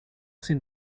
sin